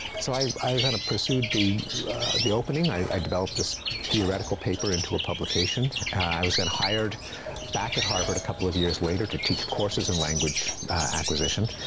so i kinda kind of pursued the the opening. i developed this theoretical paper into a publication. i was then hired back at harvard a couple of years later to teach courses in language acquisition.